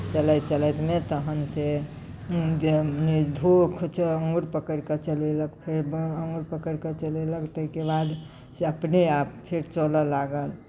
चलैत चलैतमे तखनसँ धूख चाहे आङ्गुर पकड़ि कऽ चलेलक फेर आङ्गुर पकड़ि कऽ चलेलक ताहिके बादसँ अपने आप फेर चलय लागल